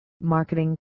marketing